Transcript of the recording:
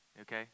Okay